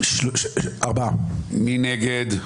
מי נגד?